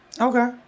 Okay